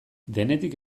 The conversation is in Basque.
denetik